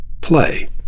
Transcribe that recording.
Play